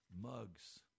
Mugs